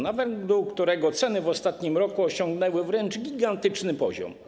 Na węglu, którego ceny w ostatnim roku osiągnęły wręcz gigantyczny poziom.